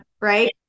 right